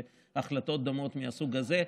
וגם להחלטות דומות מהסוג הזה.